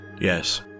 Yes